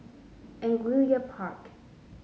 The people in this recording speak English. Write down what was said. Angullia Park